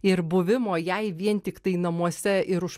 ir buvimo jai vien tiktai namuose ir už